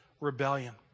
rebellion